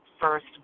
first